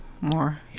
more